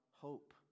hope